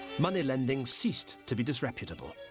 moneylending ceased to be disreputable.